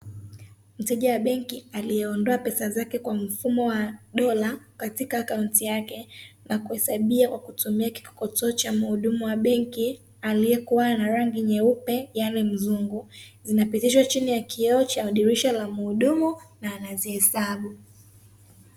Mteja wa benki aliyeondoa pesa zake kwa mfumo wa dola katika akaunti yake, na kuhesabia kwa kutumia kikokotoo cha mhudumu wa benki, aliyekuwa na rangi nyeupe yani mzungu, zinapitishwa chini ya kioo cha dirisha la mhudumu na anazihesabu.